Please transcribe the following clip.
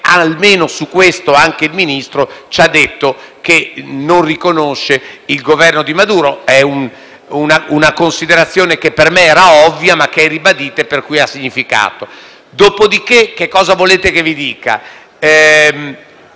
almeno su questo, anche il Ministro ha detto che non riconosce il Governo Maduro. È una considerazione che per me era ovvia ma è stata ribadita per cui ha significato. Dopo di che, cosa volete che vi dica?